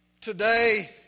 today